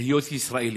להיות ישראלי",